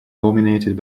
dominated